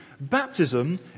baptism